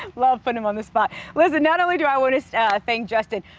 love putting him on the spot. listen, not only do i want to thank justin.